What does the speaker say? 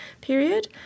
period